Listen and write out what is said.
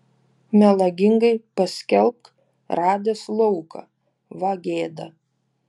melagingai paskelbk radęs lauką va gėda